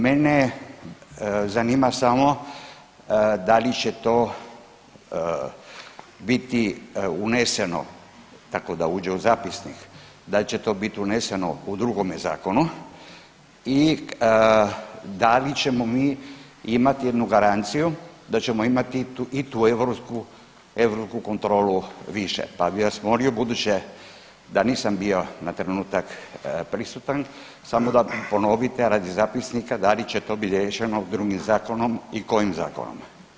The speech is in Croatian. Mene zanima samo da li će to biti uneseno, tako da uđe u zapisnik, da će to biti uneseno u drugome zakonu i da li ćemo mi imati jednu garanciju da ćemo imati u tu europsku kontrolu više pa bi vas molio, budući da nisam bio na trenutak prisutan, samo da ponovite radite zapisnika da li će to biti riješeno drugim zakonom i kojim zakonom.